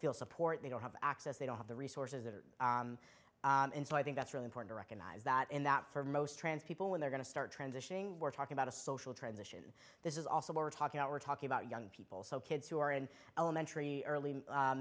feel support they don't have access they don't have the resources that are in so i think that's really important recognize that in that for most trans people when they're going to start transitioning we're talking about a social transition this is also we're talking we're talking about young people so kids who are in elementary early